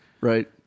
right